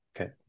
okay